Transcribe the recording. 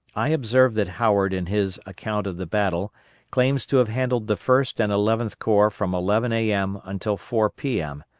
i observe that howard in his account of the battle claims to have handled the first and eleventh corps from eleven a m. until four p m.